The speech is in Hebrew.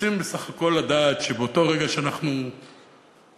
בסך הכול רוצים לדעת שבאותו רגע שאנחנו עקודים